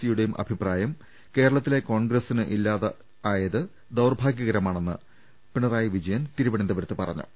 സിയുടെയും അഭി പ്രായം കേരളത്തിലെ കോൺഗ്രസ്സിന് ഇല്ലാത്തത് ദൌർഭാഗ്യകര മാണെന്ന് പിണറായി വിജയൻ തിരുവനന്തപുരത്ത് പറഞ്ഞു